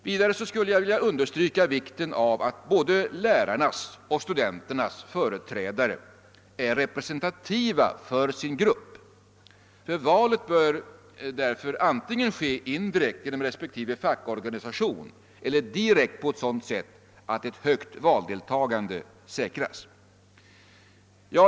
Vidare vill jag understryka vikten av att både lärarnas och studenternas företrädare är representativa för sina grupper. Valet bör därför ske antingen indirekt genom respektive fackorganisation eller direkt på sådant sätt att ett högt valdeltagande säkras.